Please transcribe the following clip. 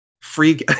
Free